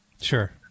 Sure